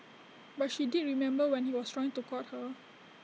but she did remember when he was trying to court her